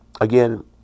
again